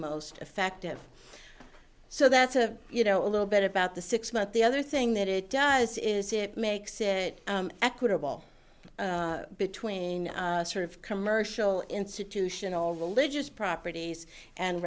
most effective so that's a you know a little bit about the six month the other thing that it does is it makes it equitable between sort of commercial institutional religious properties and